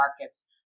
markets